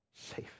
Safe